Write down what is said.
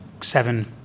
seven